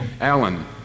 Alan